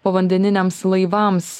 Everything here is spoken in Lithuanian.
povandeniniams laivams